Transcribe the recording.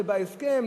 זה בהסכם,